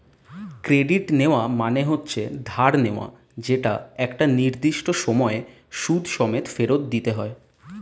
credit নেওয়া মানে হচ্ছে ধার নেওয়া যেটা একটা নির্দিষ্ট সময়ে সুদ সমেত ফেরত দিতে হয়